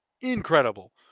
incredible